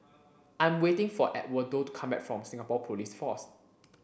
I'm waiting for Edwardo to come back from Singapore Police Force